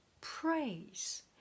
praise